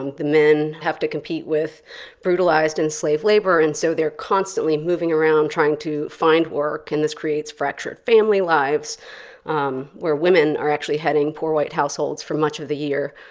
um the men have to compete with brutalized, enslaved labor, and so they're constantly moving around, trying to find work. and this creates fractured family lives um where women are actually heading poor white households for much of the year.